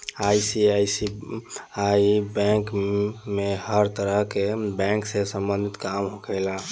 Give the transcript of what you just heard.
ICICI bank में हर तरह के बैंक से सम्बंधित काम होखेला